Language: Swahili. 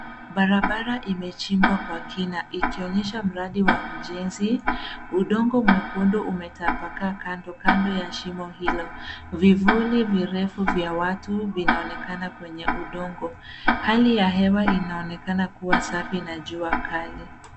Barabara imechimbwa kwa kina, ikionyesha mradi wa ujenzi. Udongo mwekundu umetapakaa kando kando ya shimo hilo. Vivuli virefu vya watu vinaonekana kwenye udongo. Hali ya hewa inaonekana kuwa safi na kuna jua kali.